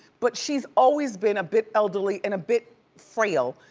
but she's always been a bit elderly and a bit frail.